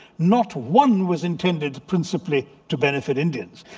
not one was intended principally to benefit indians.